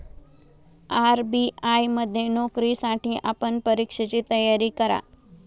RBI मध्ये नोकरीसाठी आपण परीक्षेची तयारी करा